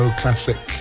classic